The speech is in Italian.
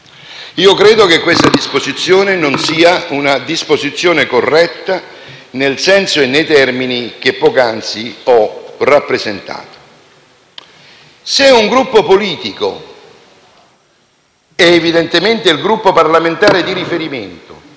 Credo che tale disposizione non sia corretta, nel senso e nei termini che poc'anzi ho rappresentato. Se un gruppo politico, ed evidentemente il Gruppo parlamentare di riferimento